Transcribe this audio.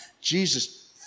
Jesus